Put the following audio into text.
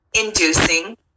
inducing